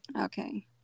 Okay